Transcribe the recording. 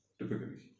typically